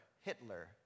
Hitler